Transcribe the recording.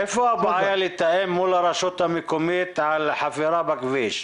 איפה הבעיה לתאם מול הרשות המקומית על חפירה בכביש?